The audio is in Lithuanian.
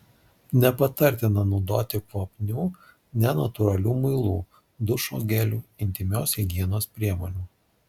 nepatartina naudoti kvapnių nenatūralių muilų dušo gelių intymios higienos priemonių